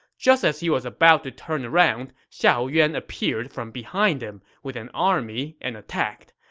just as he was about to turn around, xiahou yuan appeared from behind him with an army and attacked.